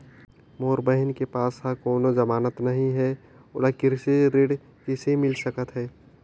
मोर बहिन के पास ह कोनो जमानत नहीं हे, ओला कृषि ऋण किसे मिल सकत हे?